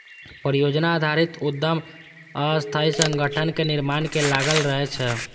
परियोजना आधारित उद्यम अस्थायी संगठनक निर्माण मे लागल रहै छै